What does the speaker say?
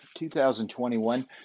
2021